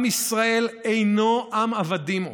עם ישראל אינו עם עבדים עוד.